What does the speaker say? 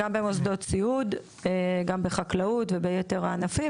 גם במוסדות סיעוד, בחקלאות וביתר הענפים.